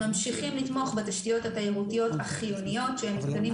ממשיכים לתמוך בתשתיות התיירותיות החיוניות שהם מתקנים,